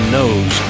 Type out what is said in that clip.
Knows